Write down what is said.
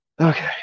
okay